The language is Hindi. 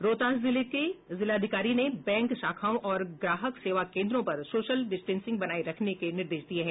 रोहतास के जिलाधिकारी ने बैंक शाखाओं और ग्राहक सेवा कोन्द्रों पर सोशल डिस्टेंसिंग बनाये रखने के निर्देश दिये हैं